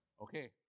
Okay